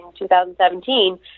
2017